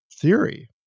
theory